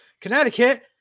Connecticut